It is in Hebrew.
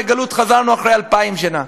מגלות חזרנו אחרי אלפיים שנה.